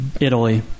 Italy